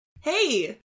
Hey